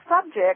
subject